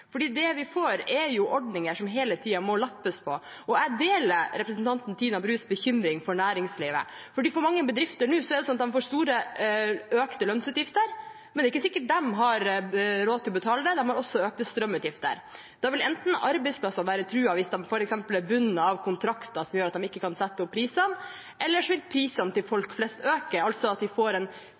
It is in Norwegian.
det vi får, er ordninger som hele tiden må lappes på. Jeg deler representanten Tina Brus bekymring for næringslivet. For mange bedrifter er det nå sånn at de får store, økte lønnsutgifter, men det er ikke sikkert de har råd til å betale det. De har også økte strømutgifter. Da vil enten arbeidsplasser være truet – hvis de f.eks. er bundet av kontrakter som gjør at de ikke kan sette opp prisene – eller prisene for folk flest vil øke, altså at vi får en